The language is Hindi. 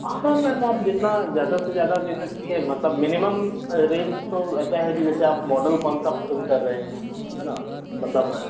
हाँ मैम आप जितना ज़्यादा से ज़्यादा दे सकती हैं मतलब मिनिमम रेंज तो ऐसा है कि जैसे आप मॉडल कौन सा पसंद कर रहे हैं है ना तो मतलब